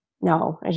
No